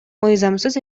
мыйзамсыз